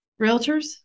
realtors